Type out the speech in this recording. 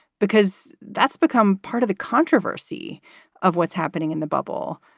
because that's become part of the controversy of what's happening in the bubble,